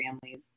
families